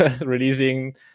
releasing